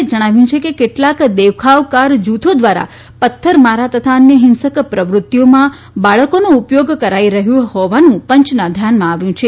એ જણાવ્યું છે કે કેટલાક દેખાવકાર જૂથો દ્વારા પથ્થરમારા તથા અન્ય હિંસક પ્રવૃત્તિઓમાં બાળકોનો ઉપયોગ કરાઇ રહ્યો હોવાનું પંચના ધ્યાને આવ્યું છે